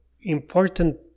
important